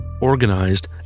organized